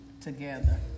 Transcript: together